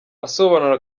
asobanura